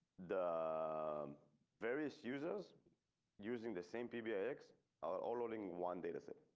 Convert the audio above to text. the various users using the same pbx are all all in one data set.